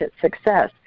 success